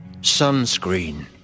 sunscreen